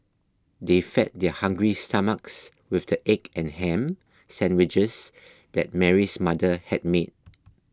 they fed their hungry stomachs with the egg and ham sandwiches that Mary's mother had made